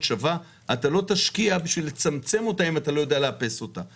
שווה לא תשקיע בשביל לצמצם אותה אם אתה לא יודע לאפס אותה.